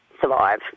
survive